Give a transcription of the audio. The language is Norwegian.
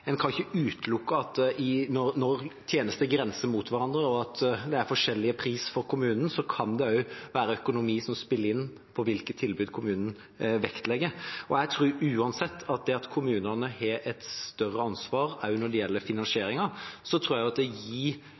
en ikke kan utelukke at når tjenester grenser mot hverandre og det er forskjellig pris, kan det også være at økonomi spiller en rolle for hvilket tilbud kommunene vektlegger. Jeg tror uansett at det at kommunene har et større ansvar, også når det gjelder finansieringen, gir dem et enda større incentiv eller en enda større vilje til å prioritere forebygging. Så